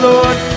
Lord